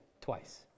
twice